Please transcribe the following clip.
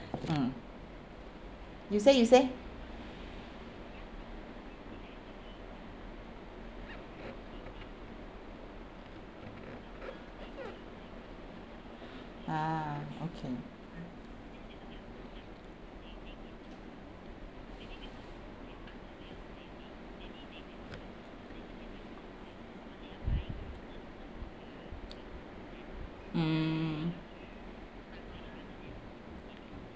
mm you say you say ah okay mm